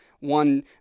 one